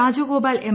Rajagopal M